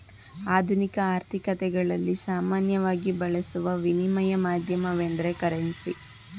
ಆಧುನಿಕ ಆರ್ಥಿಕತೆಗಳಲ್ಲಿ ಸಾಮಾನ್ಯವಾಗಿ ಬಳಸುವ ವಿನಿಮಯ ಮಾಧ್ಯಮವೆಂದ್ರೆ ಕರೆನ್ಸಿ